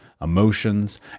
emotions